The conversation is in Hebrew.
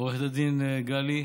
עו"ד גלי,